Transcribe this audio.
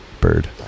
bird